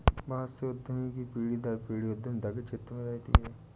बहुत से उद्यमी की पीढ़ी दर पीढ़ी उद्यमिता के क्षेत्र में रहती है